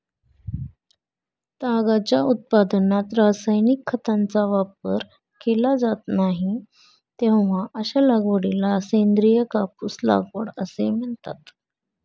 तागाच्या उत्पादनात रासायनिक खतांचा वापर केला जात नाही, तेव्हा अशा लागवडीला सेंद्रिय कापूस लागवड असे म्हणतात